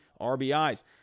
RBIs